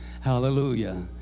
Hallelujah